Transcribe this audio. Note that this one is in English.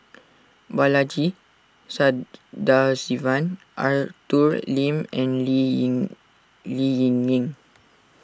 Balaji Sadasivan Arthur Lim and Lee Ling Lee Ling Yen